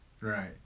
right